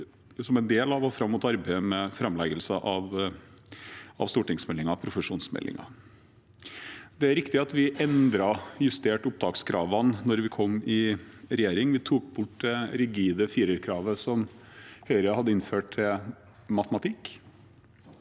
som en del av og fram mot arbeidet med framleggelse av stortingsmeldingen om profesjonsutdanningene. Det er riktig at vi endret og justerte opptakskravene da vi kom i regjering. Vi tok bort det rigide firerkravet i matematikk, som Høyre hadde innført. Vi erstattet